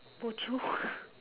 bo jio